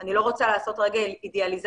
אני לא רוצה לעשות רגע אידיאליזציה,